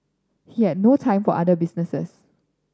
he had no time for other businesses